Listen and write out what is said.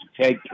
take